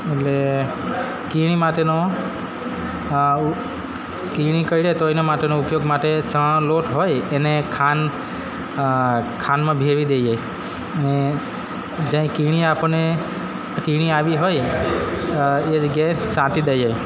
એટલે કીડી માટેનો કીડી કરડે તો એના માટેનો ઉપયોગ માટે ચણાનો લોટ હોય એને ખાંડ ખાંડમાં ભેળવી દઈએ અને જ્યાં એ કીડી આપણને કીડી આવી હોય એ જગ્યાએ છાંટી દઈએ